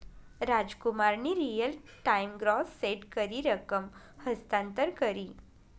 रामकुमारनी real time gross set करी रकम हस्तांतर करी